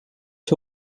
ser